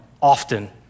Often